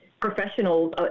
professionals